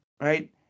right